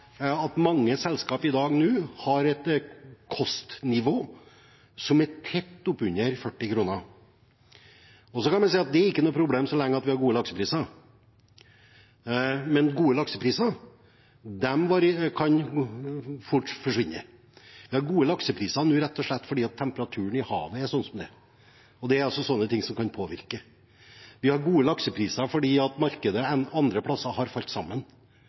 ikke noe problem så lenge vi har gode laksepriser, men gode laksepriser kan fort forsvinne. Vi har gode laksepriser nå rett og slett fordi temperaturen i havet er sånn som den er, og det er slikt som kan påvirke prisen. Vi har gode laksepriser fordi markedet andre plasser har falt sammen.